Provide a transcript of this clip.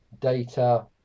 data